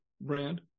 brand